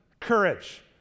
courage